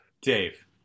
Dave